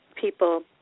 people